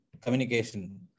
communication